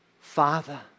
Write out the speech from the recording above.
Father